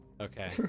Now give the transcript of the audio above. Okay